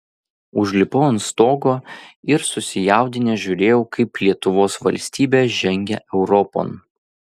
užlipau ant stogo ir susijaudinęs žiūrėjau kaip lietuvos valstybė žengia europon